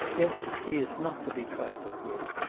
yes, he is not to be trifled with,